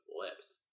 lips